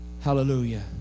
Hallelujah